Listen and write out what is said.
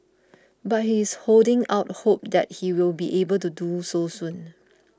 but he is holding out hope that he will be able to do so soon